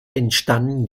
entstanden